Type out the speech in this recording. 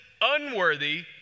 unworthy